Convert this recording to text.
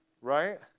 right